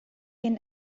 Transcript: can